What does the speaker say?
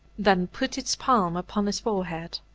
then put its palm upon his forehead.